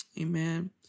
Amen